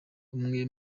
umwe